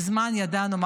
מזמן ידענו,